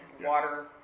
water